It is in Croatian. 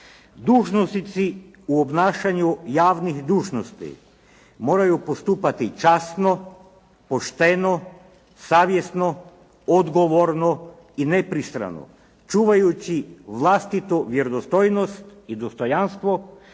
Dužnosnici u obnašanju javnih dužnosti moraju postupati časno, pošteno, savjesno, odgovorno i nepristrano čuvajući vlastitu vjerodostojnost i dostojanstvo